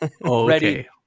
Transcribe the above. ready